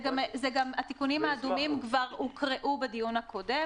התיקונים האדומים כבר הוקראו בדיון הקודם.